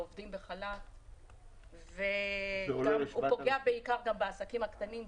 בעובדים שהוצאו לחל"ת והוא פוגע בעיקר בעסקים הקטנים,